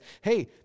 hey